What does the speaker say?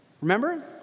Remember